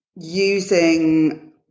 using